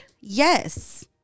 Yes